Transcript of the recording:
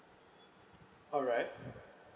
alright